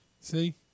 See